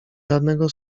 żadnego